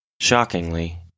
Shockingly